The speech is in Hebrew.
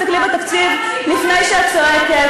אני מציעה שתבואי ותסתכלי בתקציב לפני שאת צועקת,